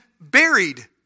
buried